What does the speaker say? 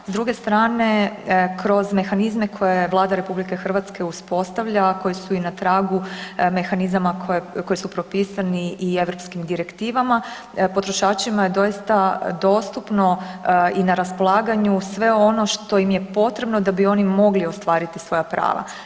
S druge strane kroz mehanizme koje Vlada Republike Hrvatske uspostavlja, a koji su i na tragu mehanizama koji su propisani i europskim direktivama potrošačima je doista dostupno i na raspolaganju sve ono što im je potrebno da bi oni mogli ostvariti svoja prava.